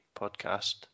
podcast